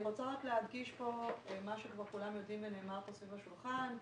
אני רוצה להדגיש פה מה שכבר כולם יודעים ונאמר פה סביב השולחן,